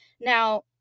now